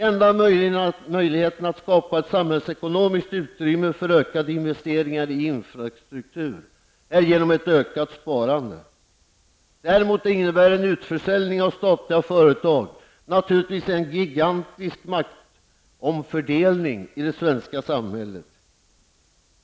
Enda möjligheten att skapa samhällsekonomiskt utrymme för ökade investeringar i infrastruktur är genom ett ökat sparande. Däremot innebär en utförsäljning av statliga företag naturligtvis en gigantisk maktomfördelning i det svenska samhället.